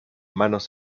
manos